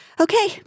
Okay